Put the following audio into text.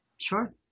Sure